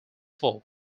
four